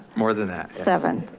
more than that. seven.